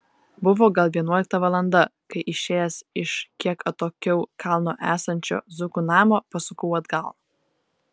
buvo gal vienuolikta valanda kai išėjęs iš kiek atokiau kalno esančio zukų namo pasukau atgal